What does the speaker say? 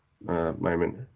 Moment